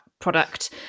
product